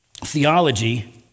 theology